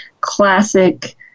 classic